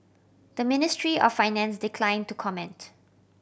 the Ministry of Finance declined to comment